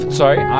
sorry